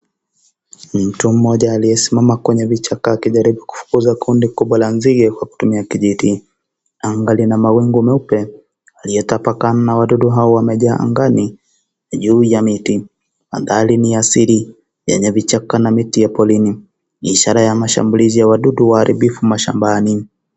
Mtu mmoja aliesimama kwenye vichaka akijaribu kufukuza kundi kubwa la nzige akitumia kijiti, anga lina mawingu meupe yaliyotapakaa na wadudu hawa waliojaa angani juu ya miti ,hali ni asili yenye vichaka na miti ya porini ni ishara ya mashambulizi ya wadudu waharibifu mashambani.